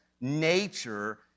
nature